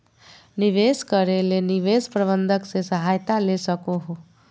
निवेश करे ले निवेश प्रबंधक से सहायता ले सको हो